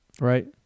right